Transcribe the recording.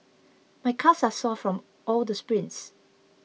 my calves are sore from all the sprints